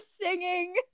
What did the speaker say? singing